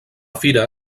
fira